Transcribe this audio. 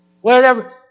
wherever